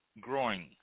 growing